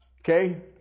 Okay